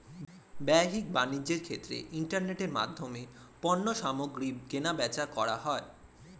বাহ্যিক বাণিজ্যের ক্ষেত্রে ইন্টারনেটের মাধ্যমে পণ্যসামগ্রী কেনাবেচা করা হয়